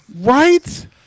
Right